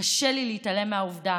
קשה לי להתעלם מהעובדה